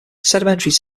sedimentary